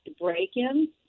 break-ins